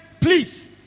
please